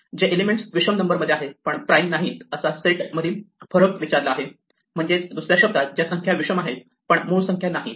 जे एलिमेंट विषम नंबर मध्ये आहेत पण प्राईम नाहीत असा सेट मधील फरक विचारला आहे म्हणजेच दुसऱ्या शब्दात ज्या संख्या विषम आहेत पण मूळ संख्या नाहीत